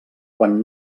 quan